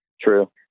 True